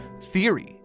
theory